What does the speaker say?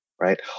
right